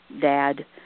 dad